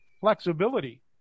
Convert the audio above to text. flexibility